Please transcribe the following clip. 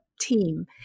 team